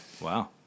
Wow